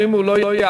ואם לא יהיה,